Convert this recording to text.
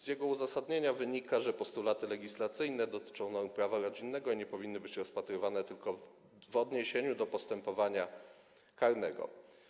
Z jego uzasadnienia wynika, że postulaty legislacyjne dotyczą norm prawa rodzinnego i nie powinny być rozpatrywane tylko w odniesieniu do postępowania karnego.